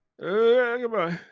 Goodbye